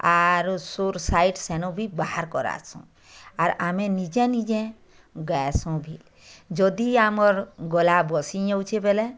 ଆରୁ ସୁର୍ ସାଇଟ୍ ସେନୁ ବି ବାହାର କରାସୁନ୍ ଆର୍ ଆମେ ନିଯେ ନିଯେ ଗୟାସୁଁ ବି ଯଦି ଆମର୍ ଗଳା ବସିଯାଉଁଛେ ବେଲେ